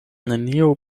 nenio